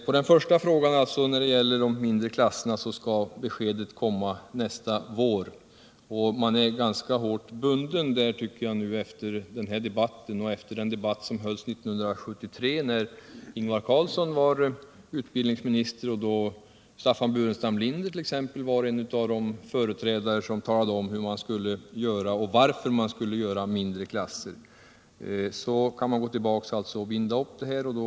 På den första frågan, som gäller de mindre klasserna, skall besked komma nästa vår. Jag tycker att man är ganska hårt bunden på den punkten efter den här debatten och efter den debatt som fördes 1973, när Ingvar Carlsson var utbildningsminister och då t.ex. Staffan Burenstam Linder talade om varför man skulle ha mindre klasser och hur man skulle gå till väga. Man kan alltså gå tillbaka och binda upp er på den här punkten.